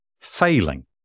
failing